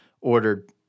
ordered